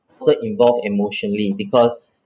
so involved emotionally because